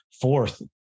fourth